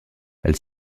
elle